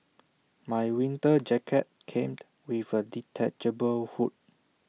my winter jacket came with A detachable hood